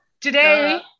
Today